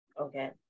Okay